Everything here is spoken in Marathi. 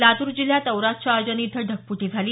लातूर जिल्ह्यात औराद शहाजनी इथं ढगफूटी झाली